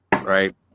right